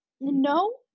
no